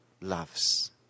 loves